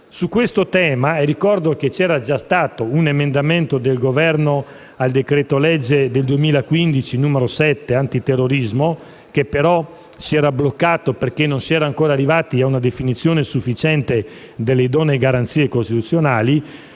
Su questo tema - ricordo che era già stato presentato un emendamento dal Governo al decreto-legge n. 7 del 2015 sull'antiterrorismo, che, però, si era bloccato perché non si era ancora arrivati a una definizione sufficiente delle idonee garanzie costituzionali